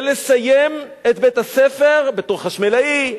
ולסיים את בית-הספר בתור חשמלאי,